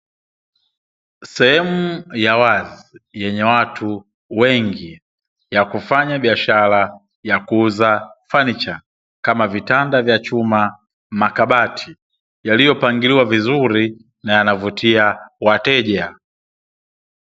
Sehemu ya wazi, yenye watu wengi ya kufanya biashara ya kuuza fanicha kama, vitanda vya chuma, makabati yaliyopangiliwa vizuri na yanavutia wateja.